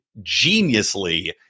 geniusly